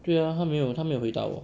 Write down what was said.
对 ah 他没有他没有回答我